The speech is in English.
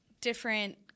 different